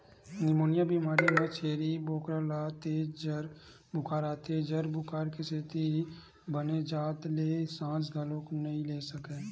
pneumonia बेमारी म छेरी बोकरा ल तेज जर बुखार आथे, जर बुखार के सेती बने जात ले सांस घलोक नइ ले सकय